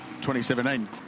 2017